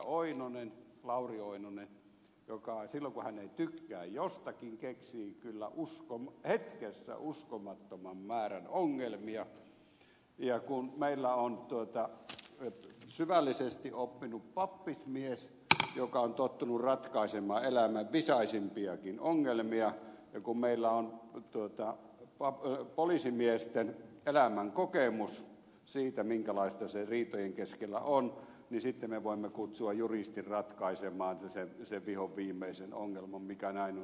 oinonen lauri oinonen joka silloin kun hän ei tykkää jostakin keksii kyllä hetkessä uskomattoman määrän ongelmia ja kun meillä on syvällisesti oppinut pappismies joka on tottunut ratkaisemaan elämän visaisimpiakin ongelmia ja kun meillä on poliisimiesten elämänkokemus siitä minkälaista se riitojen keskellä on niin sitten me voimme kutsua juristin ratkaisemaan sen vihoviimeisen ongelman mikä näin on synnytetty